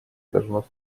должно